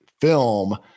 film